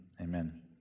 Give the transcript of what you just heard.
amen